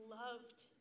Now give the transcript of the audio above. loved